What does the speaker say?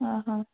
ହଁ ହଁ